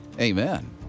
Amen